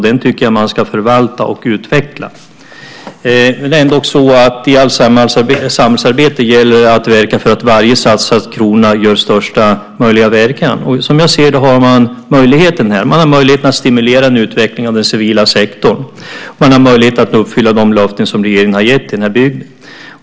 Den ska förvaltas och utvecklas. I allt samhällsarbete gäller att verka för att varje satsad krona ger största möjliga verkan. Jag ser att man har möjligheten här. Det finns en möjlighet att stimulera en utveckling av den civila sektorn. Det finns en möjlighet att uppfylla de löften regeringen har gett till bygden.